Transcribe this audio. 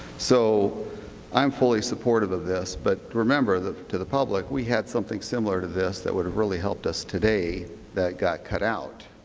so um fully supportive of this, but, remember, to the public, we had something similar to this that would have really helped us today that got cut out.